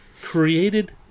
created